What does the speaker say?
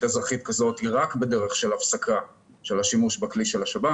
אזרחית היא בדרך של הפסקה של השימוש בכלי של השב"כ.